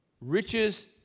Riches